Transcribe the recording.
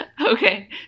Okay